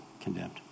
condemned